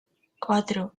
cuatro